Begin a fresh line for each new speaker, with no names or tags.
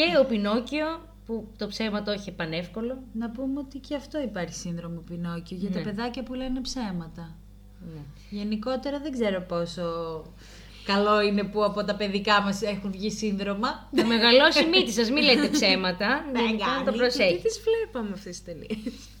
Και ο Πινόκιο, που το ψέμα το έχει πανεύκολο.
Να πούμε ότι και αυτό υπάρχει σύνδρομο Πινόκιο, για τα
Ναι.
παιδάκια που λένε ψέματα.
Ναι.
Γενικότερα, δεν ξέρω πόσο καλό είναι που από τα παιδικά μας έχουν βγει σύνδρομα.
Να μεγαλώσει η μύτη σας, μη λέτε ψέματα,
Μεγάλη-
γενικά να το
και
προσέχετε.
τις βλέπαμε αυτές τις ταινίες.